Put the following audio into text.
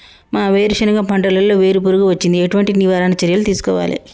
మా వేరుశెనగ పంటలలో వేరు పురుగు వచ్చింది? ఎటువంటి నివారణ చర్యలు తీసుకోవాలే?